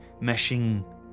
Meshing